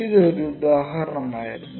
ഇതൊരു ഉദാഹരണമായിരുന്നു